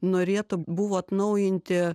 norėta buvo atnaujinti